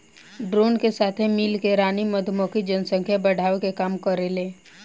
drone के साथे मिल के रानी मधुमक्खी जनसंख्या बढ़ावे के काम करेले